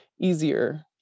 easier